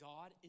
God